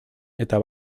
eta